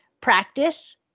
practice